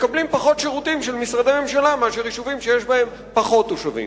מקבלים פחות שירותים של משרדי ממשלה מאשר יישובים שיש בהם פחות תושבים.